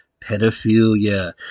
pedophilia